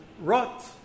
Rot